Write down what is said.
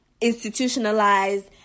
institutionalized